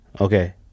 okay